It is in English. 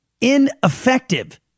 ineffective